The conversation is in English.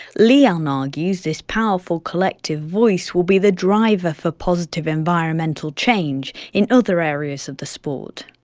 leon argues this powerful collective voice will be the driver for positive environmental change in other areas of the sport.